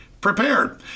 prepared